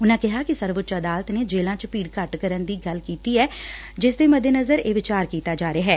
ਉਨੂਾਂ ਕਿਹਾ ਕਿ ਸਰਵਉੱਚ ਅਦਾਲਤ ਨੇ ਜੇਲੂਾਂ ਚ ਭੀੜ ਘੱਟ ਕਰਨ ਦੀ ਗੱਲ ਕੀਤੀ ਐ ਜਿਸ ਦੇ ਮੱਦੇਨਜ਼ਰ ਇਹ ਵਿਚਾਰ ਕੀਤਾ ਜਾ ਰਿਹੈ